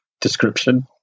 description